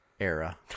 era